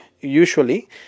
usually